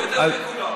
אבל מיקי יותר מכולם.